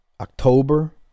October